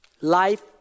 life